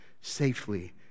safely